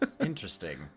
Interesting